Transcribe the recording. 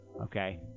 okay